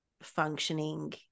functioning